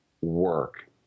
work